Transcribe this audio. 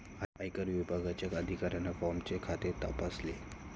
आयकर विभागाच्या अधिकाऱ्याने फॉर्मचे खाते तपासले